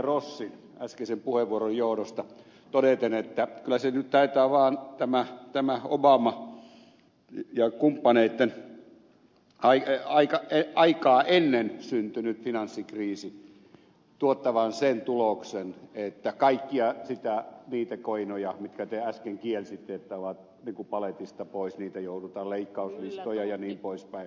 rossin äskeisen puheenvuoron johdosta ja totean että kyllä se nyt taitaa vaan tämä ennen obaman ja kumppaneitten aikaa syntynyt finanssikriisi tuottavan sen tuloksen että kaikkiin niihin keinoihin jotka te äsken kielsitte että ne ovat tipupaletista pois niitä joudutaan leikkaa niin kuin paletista pois leikkauslistat jnp